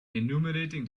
enumerating